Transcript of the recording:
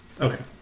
Okay